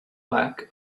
back